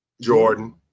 Jordan